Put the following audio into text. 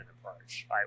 approach